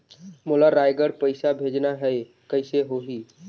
मोला रायगढ़ पइसा भेजना हैं, कइसे होही?